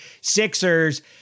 Sixers